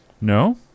No